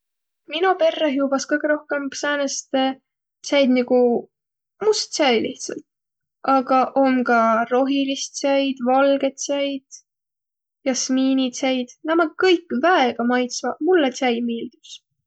Mino perreh juvvas kõgõ rohkõmb säänest tsäid nigu must tsäi lihtsält. Aga om ka rohilist tsäid, valgõt tsäid, jamiinitsäid. Naaq ommaq kõik väega maitsvaq. Mullõ tsäi miildüs.